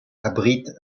abrite